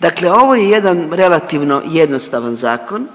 Dakle, ovo je jedan relativno jednostavan zakon,